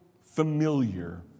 familiar